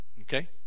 Okay